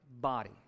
body